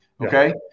okay